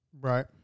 Right